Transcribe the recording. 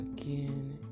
again